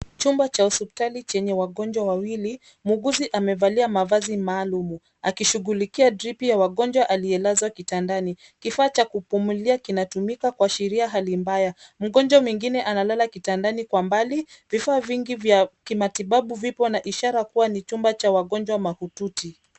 Chumba cha hospitali chenye wagonjwa wawili. Muuguzi amevalia mavazi maalum akishughulikia dripu ya wagonjwa aliyelazwa kitandani. Kifaa cha kupumulia kinatumika kuashiria hali mbaya. Mgonjwa mwingine analala kitandani kwa mbali. Vifaa vingi vya kimatababu vipo na ishara kuwa ni chumba cha wagonjwa mahututi.